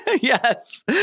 Yes